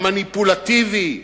המניפולטיבי,